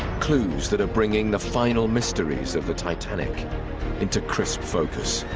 clues that are bringing the final mysteries of the titanic into crisp focus